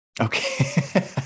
Okay